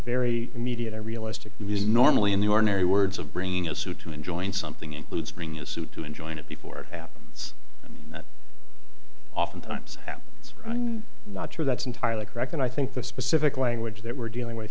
very immediate or realistic music normally in the ordinary words of bringing a suit to enjoin something includes bringing a suit to enjoin it before it happens that oftentimes it's not true that's entirely correct and i think the specific language that we're dealing with